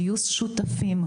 גיוס שותפים,